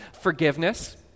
forgiveness